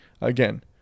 again